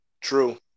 true